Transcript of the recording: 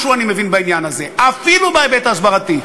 משהו אני מבין בעניין הזה, אפילו בהיבט ההסברתי.